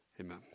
amen